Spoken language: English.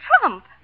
Trump